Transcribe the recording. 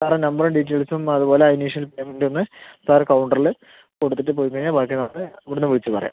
സാറേ നമ്പറും ഡീറ്റെയിൽസും അതുപോലെ ഇനീഷ്യൽ പേയ്മെൻറ്റും ഒന്ന് സാർ കൗണ്ടറിൽ കൊടുത്തിട്ട് പോയി കഴിഞ്ഞാൽ ബാക്കി നമ്മൾ ഇവിടെ നിന്ന് വിളിച്ച് പറയാം